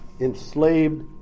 Enslaved